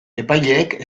epaileek